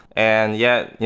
and yet,